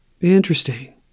Interesting